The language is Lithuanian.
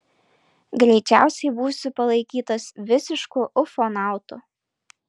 greičiausiai būsiu palaikytas visišku ufonautu